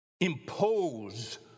impose